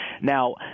Now